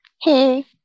Hey